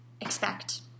expect